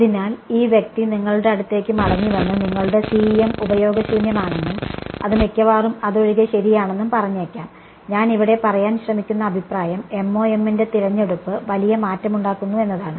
അതിനാൽ ഈ വ്യക്തി നിങ്ങളുടെ അടുത്തേക്ക് മടങ്ങിവന്ന് നിങ്ങളുടെ CEM ഉപയോഗശൂന്യമാണെന്നും അത് മിക്കവാറും അതൊഴികെ ശരിയാണെന്നും പറഞ്ഞേക്കാം ഞാൻ ഇവിടെ പറയാൻ ശ്രമിക്കുന്ന അഭിപ്രായം MoM ന്റെ തിരഞ്ഞെടുപ്പ് വലിയ മാറ്റമുണ്ടാക്കുന്നു എന്നതാണ്